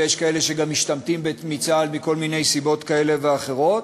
ויש כאלה שגם משתמטים מצה"ל מכל מיני סיבות כאלה ואחרות.